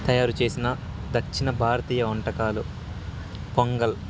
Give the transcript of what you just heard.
తయారు చేసిన దక్షిణ భారతీయ వంటకాలు పొంగల్